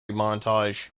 montage